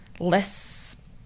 Less